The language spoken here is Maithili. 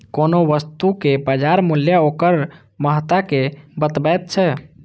कोनो वस्तुक बाजार मूल्य ओकर महत्ता कें बतबैत छै